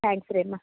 thanks ರೀ ಅಮ್ಮ